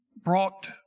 brought